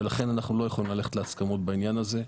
ולכן אנחנו לא יכולים ללכת להסכמות בעניין הזה.